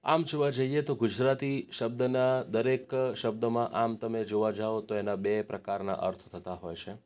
આમ જોવા જઈએ તો ગુજરાતી શબ્દના દરેક શબ્દમાં આમ તમે જોવા જાઓ તો એના બે પ્રકારના અર્થ થતા હોય છે